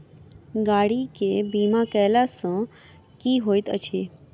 गाड़ी केँ बीमा कैला सँ की होइत अछि?